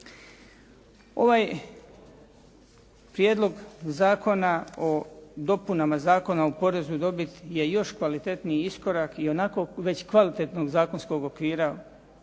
Ovaj Prijedlog zakona o dopunama Zakona o porezu na dobit je još kvalitetniji iskorak i onako već kvalitetnog zakonskog okvira